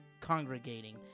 congregating